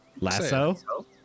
Lasso